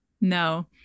No